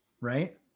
right